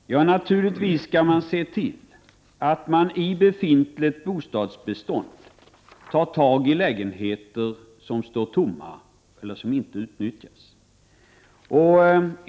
Fru talman! Ja, naturligtvis skall man se till att man i befintligt bostadsbestånd tar tag i lägenheter som står tomma eller inte utnyttjas.